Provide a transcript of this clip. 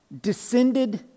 descended